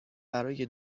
برای